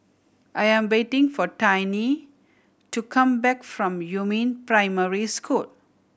I am waiting for Tiny to come back from Yumin Primary School